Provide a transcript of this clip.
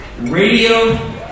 Radio